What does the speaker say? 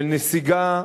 של נסיגה,